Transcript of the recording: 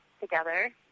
together